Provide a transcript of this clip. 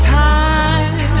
time